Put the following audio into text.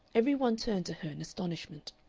every one turned to her in astonishment.